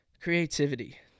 Creativity